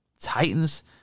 Titans